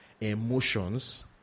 emotions